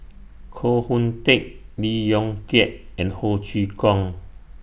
Koh Hoon Teck Lee Yong Kiat and Ho Chee Kong